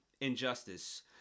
injustice